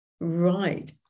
Right